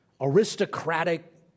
aristocratic